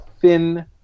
thin